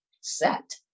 set